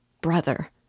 Brother